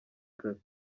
kare